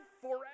forever